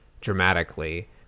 dramatically